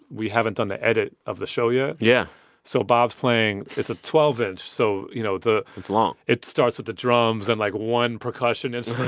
we haven't done the edit of the show yet yeah so bob's playing it's a twelve inch, so you know, the. it's long it starts with the drums and like one percussionist